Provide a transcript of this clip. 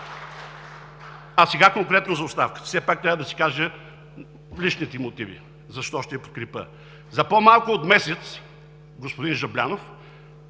А сега, конкретно за оставката. Трябва да кажа личните си мотиви защо ще я подкрепя. За по-малко от месец господин Жаблянов…